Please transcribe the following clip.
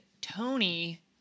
tony